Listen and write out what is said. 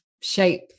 shape